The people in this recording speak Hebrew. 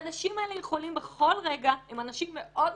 האנשים האלה הם אנשים מאוד מוצלחים,